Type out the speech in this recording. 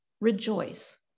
rejoice